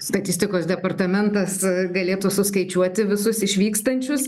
statistikos departamentas galėtų suskaičiuoti visus išvykstančius